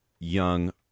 young